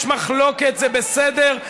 יש מחלוקת, זה בסדר.